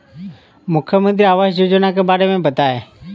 मुख्यमंत्री आवास योजना के बारे में बताए?